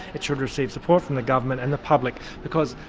it should receive support from the government and the public because,